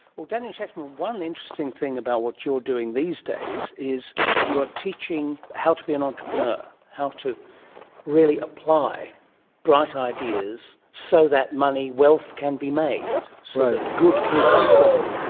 daniel shechtman, one interesting thing about what you're doing these days is you are teaching how to be an entrepreneur, how to really apply bright ideas so that money, wealth, can be made, so that good can come from them.